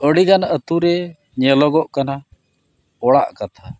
ᱟᱹᱰᱤᱜᱟᱱ ᱟᱛᱳ ᱨᱮ ᱧᱮᱞᱚᱜᱚᱜ ᱠᱟᱱᱟ ᱚᱲᱟᱜ ᱠᱟᱛᱷᱟ